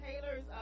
Taylors